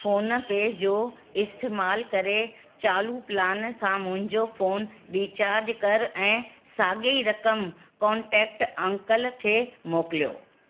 phone पे जो इस्तेमालु करे चालू प्लान सां मुंहिंजो फोन रीचार्ज कर ऐं साॻी ई रक़म कोन्टेक्ट अंकल खे मोकिलियो